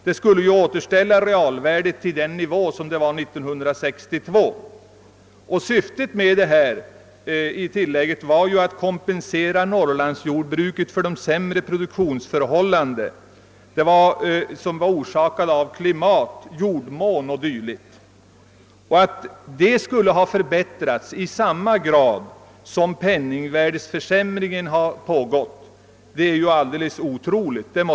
Den skulle återställa realvärdet till den nivå som tillägget hade 1962. Syftet med tilllägget var ju att kompensera norrlandsjordbruket för de sämre produktionsförhållandena som är orsakade av klimat, jordmån och dylikt, och att de faktorerna skulle ha förbättrats i samma grad som penningvärdet sjunkit är ju alldeles otroligt.